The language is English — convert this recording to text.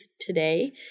today